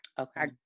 Okay